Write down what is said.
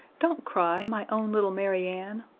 don't cry, my own little mary ann!